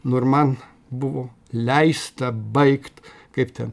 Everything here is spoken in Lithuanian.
nu ir man buvo leista baigt kaip ten